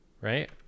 Right